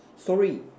sorry